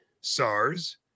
SARS